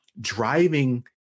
driving